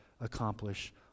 accomplish